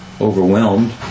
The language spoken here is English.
overwhelmed